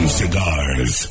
cigars